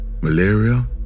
malaria